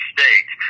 States